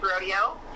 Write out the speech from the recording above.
rodeo